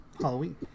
Halloween